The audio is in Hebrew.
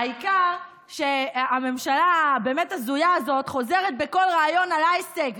העיקר שהממשלה הבאמת-הזויה הזאת חוזרת בכל ריאיון על ההישג,